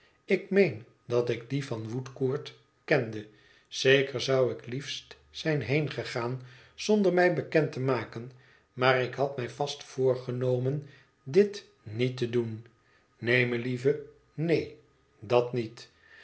ik meen dat ik die van woodcourt kende zeker zou ik liefst zijn heengegaan zonder mij bekend te maken maar ik had mij vast voorgenomen dit niet te doen neen meliève neen dat niet